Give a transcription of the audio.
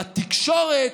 בתקשורת,